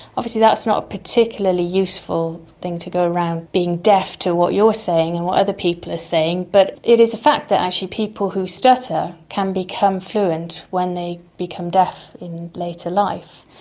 obviously that's not a particularly useful thing, to go around being deaf to what you're saying and what other people are saying, but it is a fact that actually people who stutter can become fluent when they become deaf in later life.